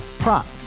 Prop